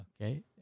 Okay